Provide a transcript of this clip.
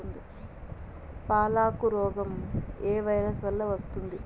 పాలకు రోగం ఏ వైరస్ వల్ల వస్తుంది?